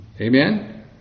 Amen